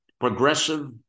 progressive